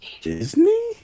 Disney